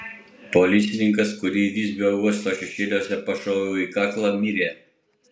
policininkas kurį visbio uosto šešėliuose pašoviau į kaklą mirė